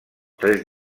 tres